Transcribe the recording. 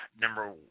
number